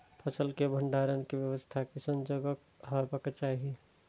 फसल के भंडारण के व्यवस्था केसन जगह हेबाक चाही?